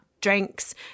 drinks